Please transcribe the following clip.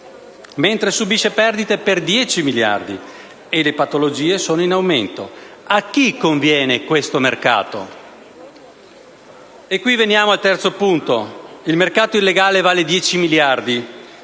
mentre subisce perdite per 10 miliardi e le patologie sono in aumento. A chi conviene questo mercato? Vengo al terzo punto. Il mercato illegale vale 10 miliardi.